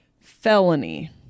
felony